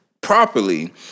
properly